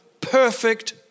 perfect